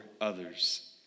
others